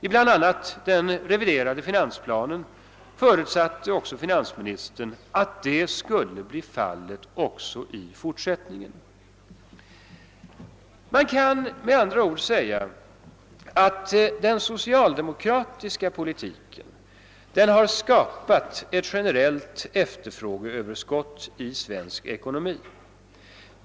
I bl.a. den reviderade finansplanen förutsatte finansministern att det skulle bli fallet också i fortsättningen. Man kan med andra ord säga att den socialdemokratiska politiken har skapat ett generellt efterfrågeöverskott i svensk ekonomi.